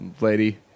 lady